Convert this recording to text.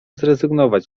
zrezygnować